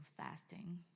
fasting